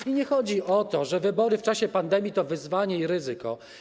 I nie chodzi o to, że wybory w czasie pandemii to wyzwanie i ryzyko.